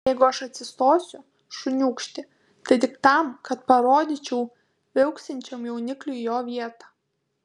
jeigu aš atsistosiu šuniūkšti tai tik tam kad parodyčiau viauksinčiam jaunikliui jo vietą